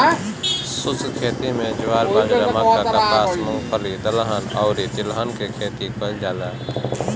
शुष्क खेती में ज्वार, बाजरा, मक्का, कपास, मूंगफली, दलहन अउरी तिलहन के खेती कईल जाला